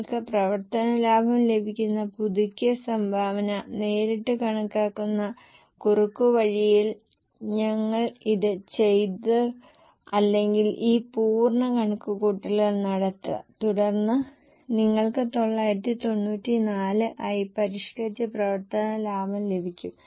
നിങ്ങൾക്ക് പ്രവർത്തന ലാഭം ലഭിക്കുന്ന പുതുക്കിയ സംഭാവന നേരിട്ട് കണക്കാക്കുന്ന കുറുക്കുവഴിയിൽ ഞങ്ങൾ ഇത് ചെയ്തു അല്ലെങ്കിൽ ഈ പൂർണ്ണ കണക്കുകൂട്ടൽ നടത്തുക തുടർന്ന് നിങ്ങൾക്ക് 994 ആയി പരിഷ്കരിച്ച പ്രവർത്തന ലാഭം ലഭിക്കും